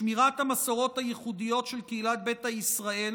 שמירת המסורות הייחודיות של קהילת ביתא ישראל